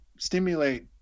stimulate